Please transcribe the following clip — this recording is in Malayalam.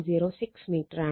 06 മീറ്ററാണ്